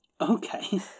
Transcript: Okay